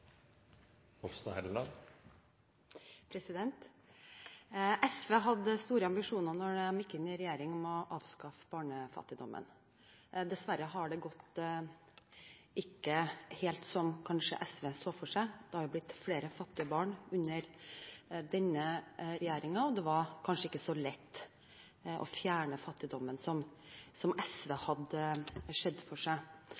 gikk inn i regjering, hadde SV store ambisjoner om å avskaffe barnefattigdommen. Dessverre har det ikke gått helt som SV kanskje så for seg. Det har blitt flere fattige barn under denne regjeringen, og det var kanskje ikke så lett å fjerne fattigdommen som SV hadde sett for seg.